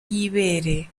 y’ibere